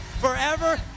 forever